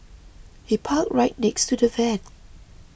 he parked right next to the van